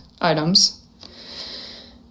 items